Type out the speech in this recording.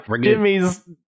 Jimmy's